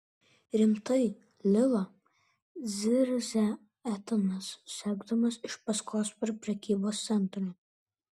rimtai lila zirzia etanas sekdamas iš paskos per prekybos centrą